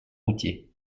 routiers